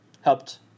helped